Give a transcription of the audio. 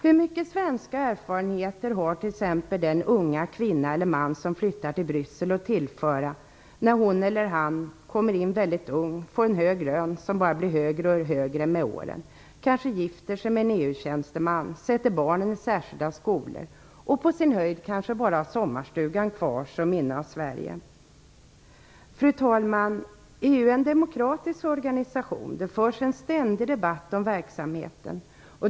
Hur mycket svenska erfarenheter har t.ex. den unga kvinna eller man som flyttar till Bryssel att tillföra när hon eller han kommer in väldigt ung, får en hög lön, som bara blir högre och högre med åren, kanske gifter sig med en EU-tjänsteman och sätter barnen i särskilda skolor och som på sin höjd bara har sommarstugan kvar som minne av Sverige? Fru talman! EU är en demokratisk organisation. Det förs en ständig debatt om verksamheten.